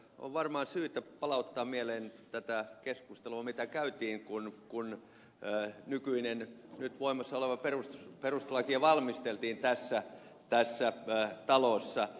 on varmaan syytä palauttaa mieleen tätä keskustelua mitä käytiin kun nykyistä nyt voimassa olevaa perustuslakia valmisteltiin tässä talossa